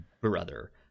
brother